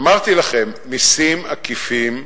אמרתי לכם, מסים עקיפים,